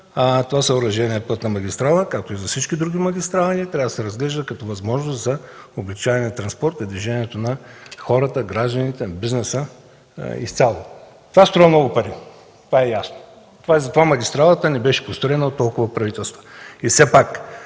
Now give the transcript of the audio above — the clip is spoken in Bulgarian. това съоръжение – пътна магистрала, както всички други магистрали, трябва да се разглежда като възможност за облекчаване на транспорта и движението на хората, гражданите, бизнеса. Това струва много пари. Това е ясно. Затова магистралата не беше построена от толкова правителства.